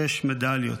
שש מדליות.